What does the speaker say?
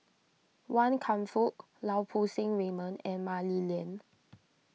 Wan Kam Fook Lau Poo Seng Raymond and Mah Li Lian